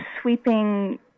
sweeping